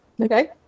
Okay